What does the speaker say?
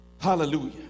Hallelujah